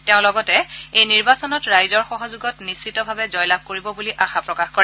তেওঁ লগতে এই নিৰ্বাচনত ৰাইজৰ সহযোগত নিশ্চিতভাৱে জয়লাভ কৰিব বুলি আশা প্ৰকাশ কৰে